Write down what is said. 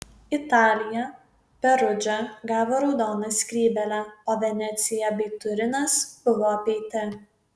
italija perudža gavo raudoną skrybėlę o venecija bei turinas buvo apeiti